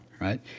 right